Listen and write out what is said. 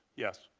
yes.